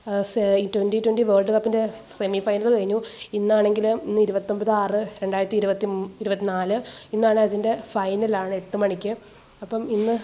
twenty twenty world കപ്പിൻ്റെ semifinal കഴിഞ്ഞു ഇന്നാണെങ്കില് ഇന്ന് ഇരുപത്തൊമ്പത് ആറ് രണ്ടായിരത്തി ഇരുപത്തി നാല് ഇന്നാണ് അതിൻ്റെ ഫൈനലാണ് എട്ടുമണിക്ക് അപ്പോള് ഇന്ന്